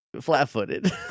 flat-footed